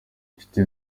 inshuti